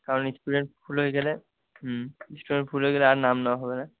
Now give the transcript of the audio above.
কারণ student full হয়ে গেলে হুম স্টুডেন্ট ফুল হয়ে গেলে আর নাম নেওয়া হবে না